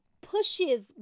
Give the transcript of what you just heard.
pushes